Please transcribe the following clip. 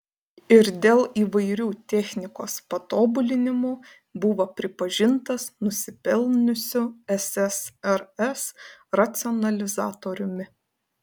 ir dėl įvairių technikos patobulinimų buvo pripažintas nusipelniusiu ssrs racionalizatoriumi